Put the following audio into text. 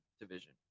division